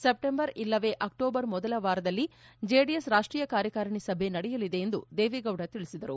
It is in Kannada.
ಸೆಪ್ಟೆಂಬರ್ ಇಲ್ಲವೇ ಆಕ್ಟೋಬರ್ ಮೊದಲ ವಾರದಲ್ಲಿ ಜೆಡಿಎಸ್ ರಾಷ್ಷೀಯ ಕಾರ್ಯಕಾರಿಣಿ ಸಭೆ ನಡೆಯಲಿದೆ ಎಂದು ದೇವೇಗೌಡ ತಿಳಿಸಿದರು